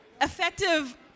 effective